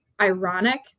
ironic